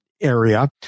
area